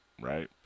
right